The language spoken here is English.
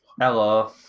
Hello